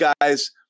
guys